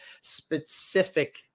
specific